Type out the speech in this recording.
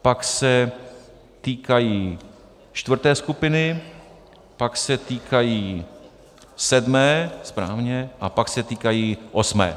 Pak se týkají čtvrté skupiny, pak se týkají sedmé, správně, a pak se týkají osmé.